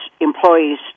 employees